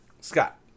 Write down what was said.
Scott